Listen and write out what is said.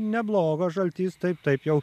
neblogas žaltys taip taip jau